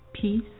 peace